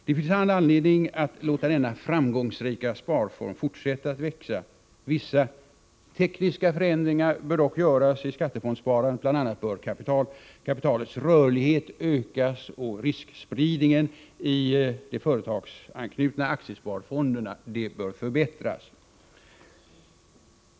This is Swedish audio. Det finns all anledning att låta denna framgångsrika sparform fortsätta att växa. Vissa tekniska förändringar bör dock göras i skattefondssparandet, bl.a. bör kapitalets rörlighet ökas och riskspridningen i de företagsanknutna aktiesparfonderna förbättras.